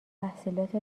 تحصیلات